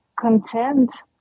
content